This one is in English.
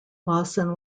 lawson